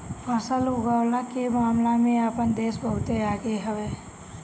फसल उगवला के मामला में आपन देश बहुते आगे हवे